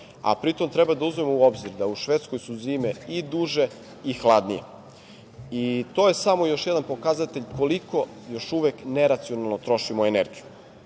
a pri tome treba da uzmemo u obzir da u Švedskoj su zime i duže i hladnije. To je samo još jedan pokazatelj koliko još uvek neracionalno trošimo